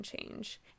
change